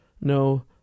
no